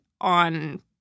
on